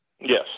Yes